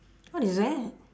what is that